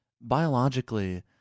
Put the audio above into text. biologically